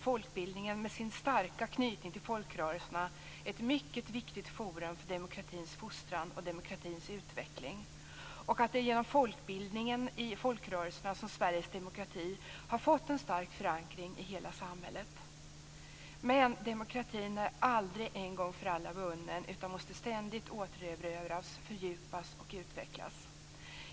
Folkbildningen med sin starka knytning till folkrörelserna är ett mycket viktigt forum för demokratisk fostran och för demokratins utveckling. Det är i folkbildningen i folkrörelserna som Sveriges demokrati har fått en stark förankring i hela samhället. Men demokratin är aldrig en gång för alla vunnen. Den måste ständigt återerövras, fördjupas och utvecklas.